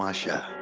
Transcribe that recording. um show